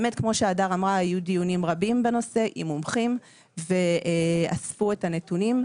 באמת כמו שהדר אמרה היו דיונים רבים בנושא עם מומחים ואספו את הנתונים.